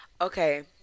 okay